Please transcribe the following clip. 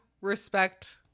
respect